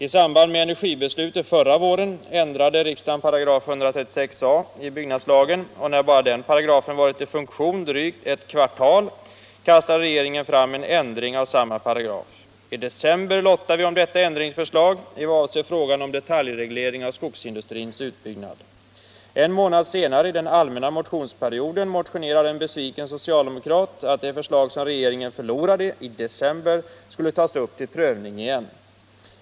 I samband med energibeslutet förra våren ändrade riksdagen 136 a § i byggnadslagen, och när den paragrafen varit i funktion bara drygt ett kvartal kastade regeringen fram ett förslag om ändring av samma paragraf. I december lottade vi om detta ändringsförslag i vad avser detaljreglering av skogsindustrins En månad senare, under den allmänna motionsperioden, motionerade en besviken socialdemokrat om att det förslag som regeringen inte fick igenom i december skulle tas upp till prövning igen.